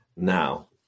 Now